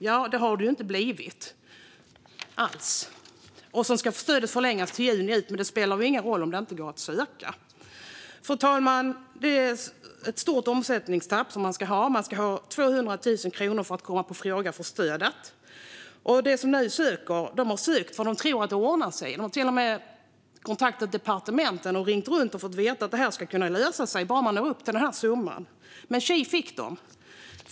Men det har det inte alls blivit. Stödet ska också förlängas till juni ut. Men ifall det inte går att söka spelar det ingen roll. Fru talman! Man ska ha ett stort omsättningstapp, 200 000 kronor, för att komma i fråga för att få stödet. De som nu har sökt har gjort det eftersom de tror att det ordnar sig. De har till och med kontaktat departementen, ringt runt och fått veta att det ska kunna lösa sig bara de når upp till den summan. Men tji fick de.